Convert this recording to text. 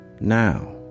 now